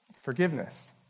Forgiveness